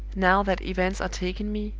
now that events are taking me,